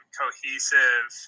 cohesive